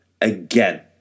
again